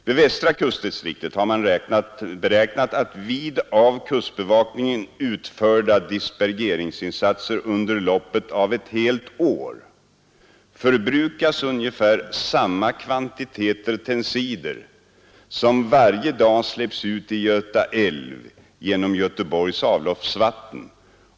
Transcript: Inom västra kustdistriktet har man beräknat att vid av kustbevakningen utförda dispergeringsinsatser under loppet av ett helt år förbrukas ungefär samma kvantiteter tensider som varje dag släpps ut i Göta älv genom Göteborgs avloppsvatten.